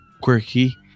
quirky